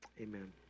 amen